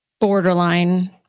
borderline